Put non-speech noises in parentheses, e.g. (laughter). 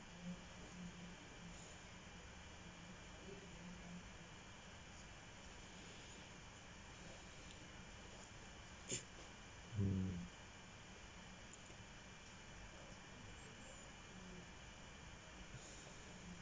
hmm (breath)